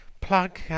plug